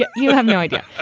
you have no idea.